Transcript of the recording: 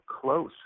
close